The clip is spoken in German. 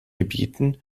gebieten